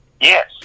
Yes